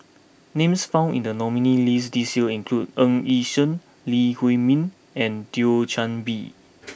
names found in the nominees' list this year include Ng Yi Sheng Lee Huei Min and Thio Chan Bee